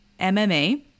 MMA